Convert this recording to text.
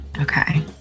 Okay